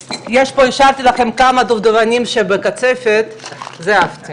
השארתי לכם כמה דובדבנים שבקצפת, את זה אהבתי,